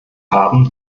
haben